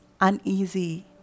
uneasy